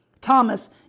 Thomas